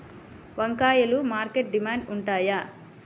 వంకాయలు మార్కెట్లో డిమాండ్ ఉంటాయా?